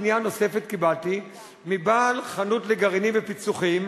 פנייה נוספת קיבלתי מבעל חנות לגרעינים ופיצוחים,